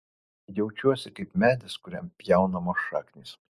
jaučiuosi kaip medis kuriam pjaunamos šaknys